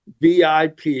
VIP